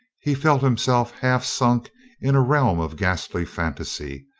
he felt himself half sunk in a realm of ghastly fantasy,